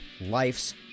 life's